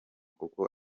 kuko